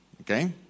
okay